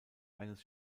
eines